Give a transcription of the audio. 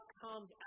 comes